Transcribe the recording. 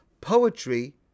poetry